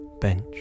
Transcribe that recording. bench